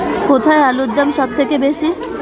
কোথায় আলুর দাম সবথেকে বেশি?